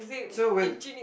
so with